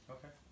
Okay